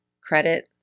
credit